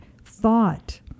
thought